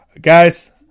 Guys